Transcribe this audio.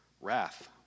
wrath